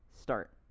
start